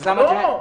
לא.